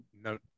no